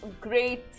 great